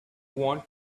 want